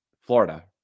Florida